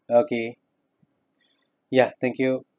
okay ya thank you